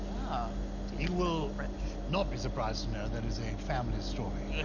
ah you will french not be surprised to know that it is a family story